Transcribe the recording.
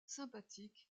sympathique